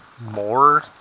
more